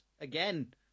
Again